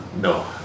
no